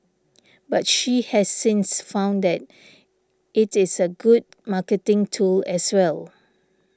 but she has since found that it is a good marketing tool as well